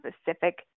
specific